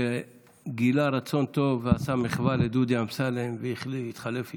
שגילה רצון טוב ועשה מחווה לדודי אמסלם והתחלף איתו.